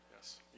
Yes